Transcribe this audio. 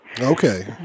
Okay